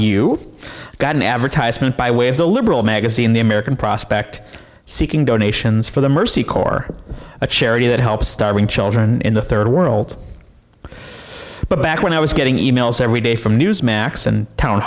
you got an advertisement by way of the liberal magazine the american prospect seeking donations for the mercy corps a charity that helps starving children in the third world but back when i was getting e mails every day from newsmax and t